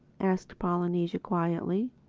asked polynesia quietly,